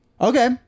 okay